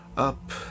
Up